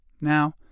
Now